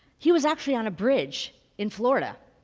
he was actually on a bridge in florida.